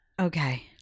Okay